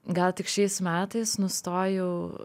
gal tik šiais metais nustojau